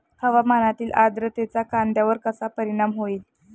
हवामानातील आर्द्रतेचा कांद्यावर कसा परिणाम होईल?